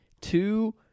two